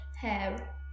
hair